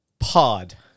Pod